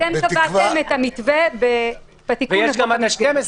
אתם קבעתם את המתווה בתיקון לחוק המסגרת.